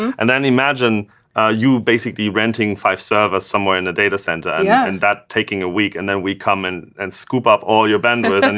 and then imagine you basically renting five servers somewhere in a data center, yeah and that taking a week, and then we come and scoop up all your bandwidth. and